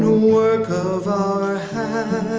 work of our